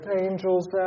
angels